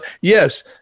yes